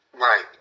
Right